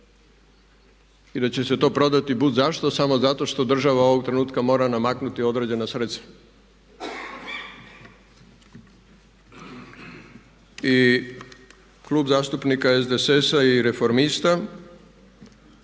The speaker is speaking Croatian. I da će se to prodati but zašto, samo zato što država ovog trenutka mora namaknuti određena sredstva. I Klub zastupnika SDSS-a i reformista